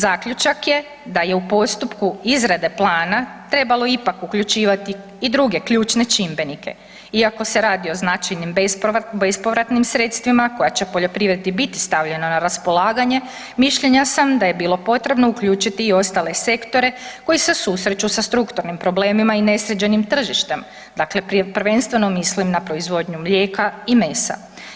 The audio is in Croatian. Zaključak je da je u postupku izrade plana trebalo ipak uključivati i druge ključne čimbenike iako se radi znači o bespovratnim sredstvima koja će poljoprivredi biti stavljeno na raspolaganje, mišljenja sam da je bilo potrebno uključiti i ostale sektore koji se susreću sa strukturnim problemima i nesređenim tržištem, dakle prvenstveno mislim na proizvodnju mlijeka i mesa.